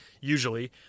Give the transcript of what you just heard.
usually